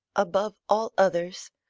above all others,